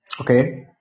Okay